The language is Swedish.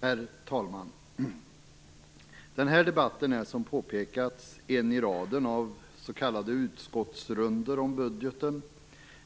Herr talman! Den här debatten är, som påpekats, en i raden av s.k. utskottsrundor om budgeten,